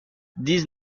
dix